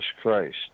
Christ